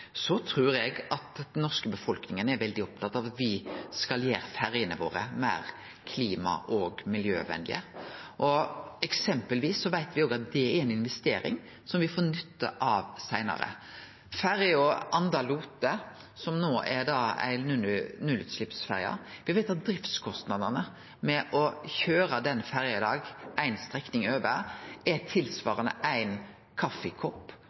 Så trur eg at den norske befolkninga er veldig opptatt av at me skal gjere ferjene våre meir klima- og miljøvenlege, og me veit at det er ei investering som me får nytte av seinare. Ta eksempelvis Anda–Lote, som no har nullutsleppsferjer. Der veit me at driftskostnadene med å køyre ferja i dag ei strekning over er tilsvarande prisen for ein kaffikopp